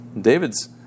David's